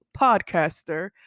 podcaster